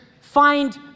Find